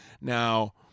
Now